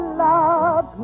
love